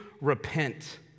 repent